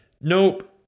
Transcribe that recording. Nope